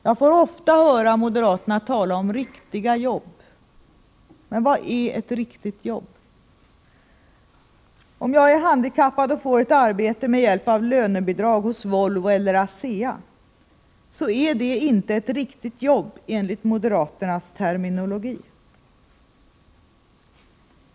Jag får ofta höra moderater tala om riktiga jobb. Men vad är ett riktigt jobb? Om jag är handikappad och får ett arbete med hjälp av lönebidrag hos Volvo eller ASEA, så är det inte fråga om ett riktigt jobb enligt moderaternas terminologi.